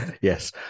Yes